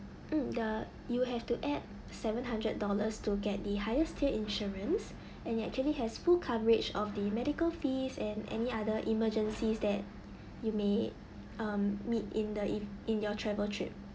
mm the you have to add seven hundred dollars to get the highest tier insurance and it actually has full coverage of the medical fees and any other emergencies that you may um meet in the in in your travel trip